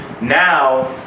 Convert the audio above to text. now